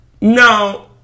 No